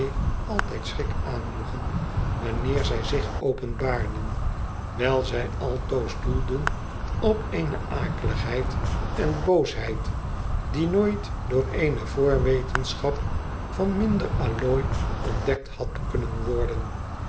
altijd schrik aanjoegen wanneer zij zich openbaarden wijl zij altoos doelden op eene akeligheid en boosheid die nooit door eene voorwetenschap van minder allooi ontdekt had kunnen worden